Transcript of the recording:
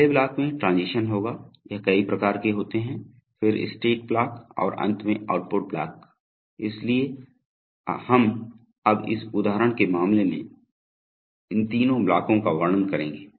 पहले ब्लॉक में ट्रांजीशन होगा यह कई प्रकार के होते हैं फिर स्टेट ब्लॉक और अंत में आउटपुट ब्लॉक इसलिए हम अब इस उदाहरण के मामले में इन तीन ब्लॉकों का वर्णन करेंगे